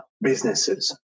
businesses